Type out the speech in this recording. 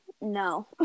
No